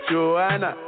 Joanna